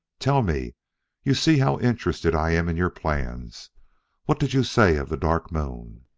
tell me you see how interested i am in your plans what did you say of the dark moon?